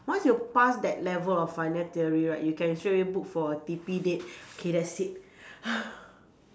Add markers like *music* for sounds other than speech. once you pass that level of final theory right you can straight away book for T_P date okay that's it *breath*